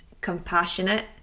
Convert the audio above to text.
compassionate